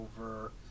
over